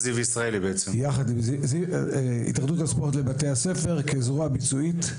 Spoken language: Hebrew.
יחד עם התאחדות הספורט לבתי הספר כזרוע ביצועית.